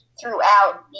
throughout